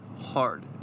hard